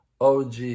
OG